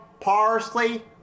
parsley